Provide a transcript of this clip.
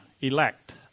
elect